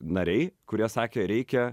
nariai kurie sakė reikia